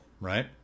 right